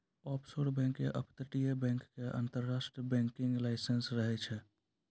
offshore bank या अपतटीय bank के अंतरराष्ट्रीय बैंकिंग लाइसेंस रहै छै